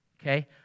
okay